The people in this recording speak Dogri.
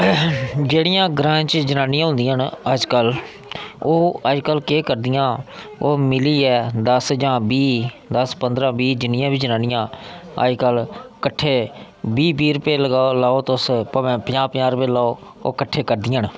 जेह्ड़ियां ग्राएं च जनानियां होंदियां न अजकल ओह् अजकल केह् करदियां ओह् मिलियै दस्स जां बीह् दस्स पंदरां बीह् जां जिन्नियां बी जनानियां अजकल कट्ठे बीह् बीह् रपेऽ लाओ तुस भामें पंजाह् पंजाह् रपेऽ लाओ ओह् कट्ठे करदियां न